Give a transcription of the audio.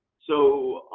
so,